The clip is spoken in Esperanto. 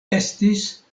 estis